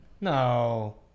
no